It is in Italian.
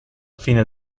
fine